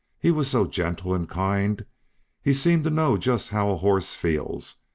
he was so gentle and kind he seemed to know just how a horse feels,